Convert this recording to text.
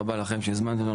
תודה רבה לכם שהזמנתם אותי,